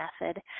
Method